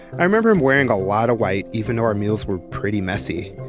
i remember him wearing a lot of white, even though our meals were pretty messy.